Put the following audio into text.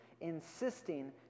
insisting